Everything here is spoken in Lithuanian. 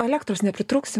o elektra nepritrūksim